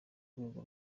rwego